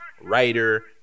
writer